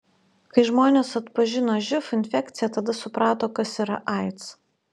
kai žmonės atpažino živ infekciją tada suprato kas yra aids